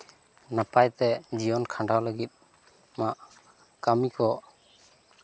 ᱱᱟᱯᱟᱭ ᱛᱮ ᱡᱤᱭᱚᱱ ᱠᱷᱟᱱᱰᱟᱣ ᱞᱟᱹᱜᱤᱫ ᱢᱟ ᱠᱟᱹᱢᱤ ᱠᱚ